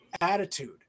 attitude